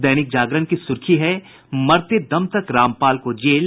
दैनिक जागरण की सुर्खी है मरते दम तक रामपाल को जेल